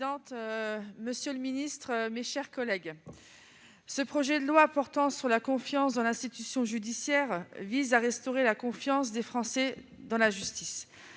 monsieur le garde des sceaux, mes chers collègues, ce projet de loi pour la confiance dans l'institution judiciaire vise à restaurer la confiance des Français dans la justice.